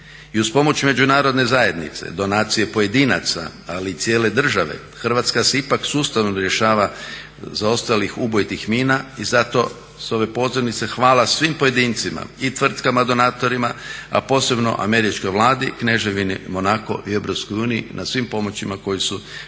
I uz pomoć međunarodne zajednice, donacije pojedinaca ali i cijele države Hrvatska se ipak sustavno rješava zaostalih ubojitih mina i zato s ove pozornice hvala svim pojedincima i tvrtkama donatorima, a posebno američkoj vladi, Kneževini MOnaco i EU na svim pomoćima koje su dali